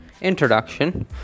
introduction